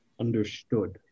Understood